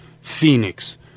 Phoenix